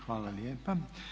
Hvala lijepa.